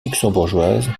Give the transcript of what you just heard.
luxembourgeoise